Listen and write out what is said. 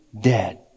dead